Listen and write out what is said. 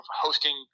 hosting